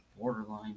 borderline